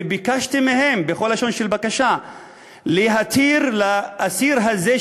וביקשתי מהם בכל לשון של בקשה להתיר לאסיר הזה,